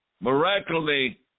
miraculously